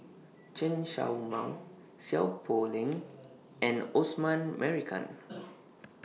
Chen Show Mao Seow Poh Leng and Osman Merican